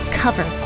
cover